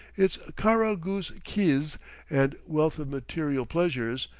its kara ghuz kiz and wealth of material pleasures,